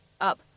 up